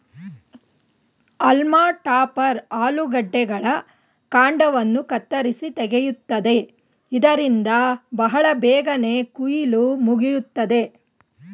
haulm topper ಆಲೂಗಡ್ಡೆಗಳ ಕಾಂಡವನ್ನು ಕತ್ತರಿಸಿ ತೆಗೆಯುತ್ತದೆ ಇದರಿಂದ ಬಹಳ ಬೇಗನೆ ಕುಯಿಲು ಮುಗಿಯುತ್ತದೆ